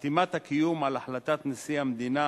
חתימת הקיום על החלטת נשיא המדינה